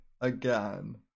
again